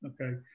Okay